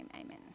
Amen